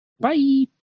Bye